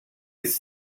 his